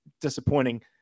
disappointing